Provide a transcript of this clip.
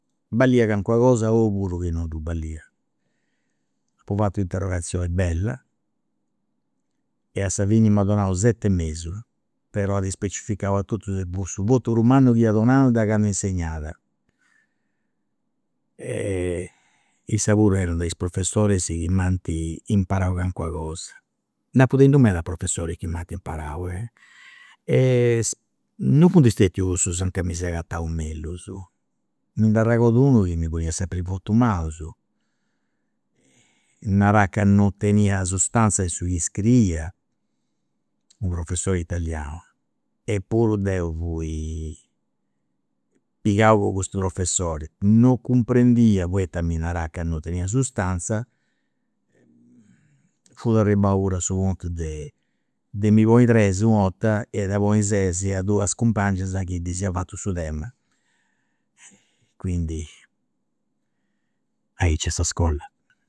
Ballia calincuna cosa oppuru chi non ddu ballia. Apu fatu interrogazioni bella e a sa fini m'at donau set'e mesu, però at specificau a totus chi fut su votu prus mannu chi iat donau de candu insegnat. issa puru est de is professoris chi m'ant imparau calincuna cosa. Nd'apu tentu medas professoris chi m'ant imparau non funt stetius su an ca mi seu agatau mellus, mi nd'aregordu unu chi mi poniat votus malus, narat ca non tenia sustanzia in su chi scriia, u' professori de italianu, eppuru deu fui pigau po custu professori, non cumprendia poita mi narat ca non tenia sustanzia fut arribau a su puntu de de mi ponni tres u' 'orta e de ponni ses a duas cumpangias chi ddis ia fatu su tema. quindi aici est sa iscola